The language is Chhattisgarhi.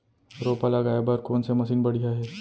रोपा लगाए बर कोन से मशीन बढ़िया हे?